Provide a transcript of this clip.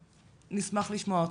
נשמח לשמוע אותך.